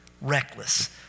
reckless